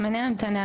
זמני המתנה,